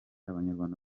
abanyarwanda